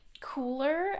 cooler